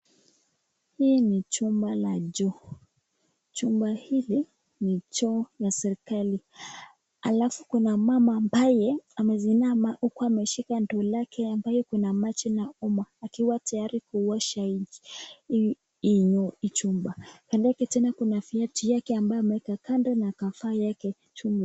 Hii ni chumba la choo. Chumba hili ni choo ya serikali. Alafu kuna mama ambaye amezinama huku ameshika ndoo lake ambayo kuna maji na uma akiwa tayari kuosha hii chumba. Kando yake tena kuna viatu yake ambayo ameweka kando na akavaya yake chuma.